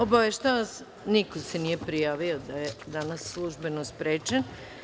Obaveštavam vas da niko nije prijavio da je danas službeno sprečen.